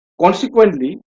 Consequently